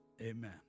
Amen